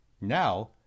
Now